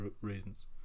reasons